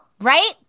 right